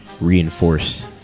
reinforce